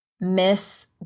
miss